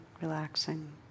relaxing